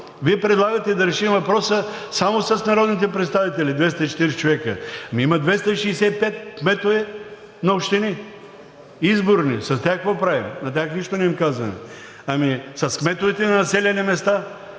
Вие предлагате да решим въпроса само с народните представители – 240 човека. Ами има 265 кметове на общини, изборни. С тях какво правим? На тях нищо не им казваме. Ами с кметовете на населени места?